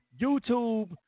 YouTube